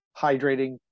hydrating